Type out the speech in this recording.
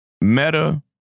Meta